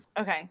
okay